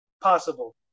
Possible